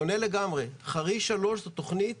חריש 3 זאת תכנית